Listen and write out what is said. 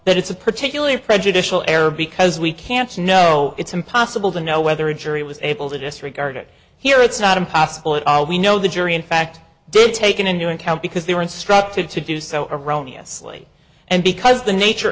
that it's a particularly prejudicial error because we can't know it's impossible to know whether a jury was able to disregard it here it's not impossible that we know the jury in fact did taken into account because they were instructed to do so erroneous lee and because the nature